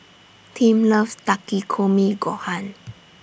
Tim loves Takikomi Gohan